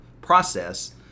process